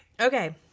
Okay